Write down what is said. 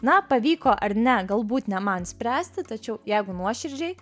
na pavyko ar ne galbūt ne man spręsti tačiau jeigu nuoširdžiai